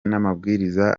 n’amabwiriza